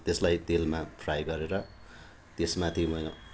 त्यसलाई तेलमा फ्राई गरेर त्यस माथि